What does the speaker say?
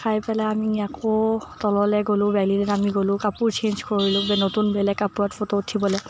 খাই পেলাই আমি আকৌ তললৈ গ'লো ভেলীলৈ নামি গ'লো কাপোৰ ছেইঞ্জ কৰিলোগেৈ নতুন বেলেগ কাপোৰত ফটো উঠিবলে